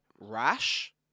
Rash